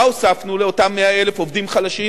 מה הוספנו לאותם 100,000 עובדים חלשים?